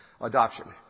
adoption